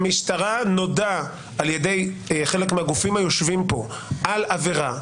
למשטרה נודע על ידי חלק מהגופים היושבים פה על עבירה,